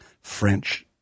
French-